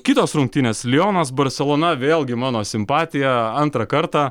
kitos rungtynės lionas barselona vėlgi mano simpatija antrą kartą